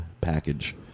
Package